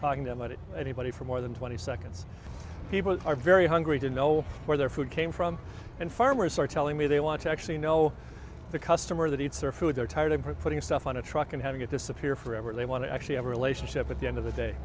talking about it anybody for more than twenty seconds people are very hungry to know where their food came from and farmers are telling me they want to actually know the customer that it's their food they're tired of putting stuff on a truck and having it disappear forever they want to actually have a relationship at the end of the day